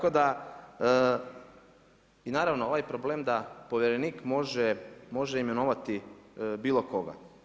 Tako da i naravno, ovaj problem da povjerenik može imenovati bilo koga.